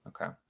okay